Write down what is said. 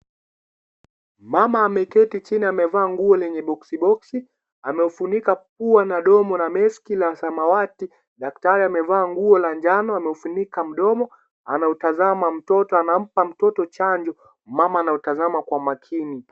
Mama ameketi chini amevaa nguo lenye boxi boxi, ameufunika pua na domo na meski ya samawati. Daktari amevaa nguo la njano amefunika mdomo anautazama mtoto, anampa mtoto chanjo , mama anautazama kwa makini.